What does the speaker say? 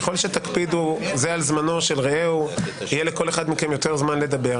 ככל שתקפידו זה על זמנו של רעהו יהיה לכל אחד מכם יותר זמן לדבר.